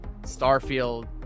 Starfield